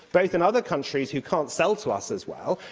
both in other countries who can't sell to us as well,